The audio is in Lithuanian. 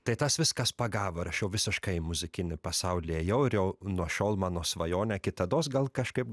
tai tas viskas pagavo ir aš jau į visiškai į muzikinį pasaulį ėjau ir jau nuo šiol mano svajonė kitados gal kažkaip